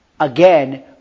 Again